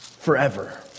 forever